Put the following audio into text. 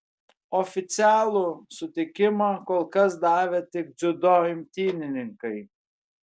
oficialų sutikimą kol kas davė tik dziudo imtynininkai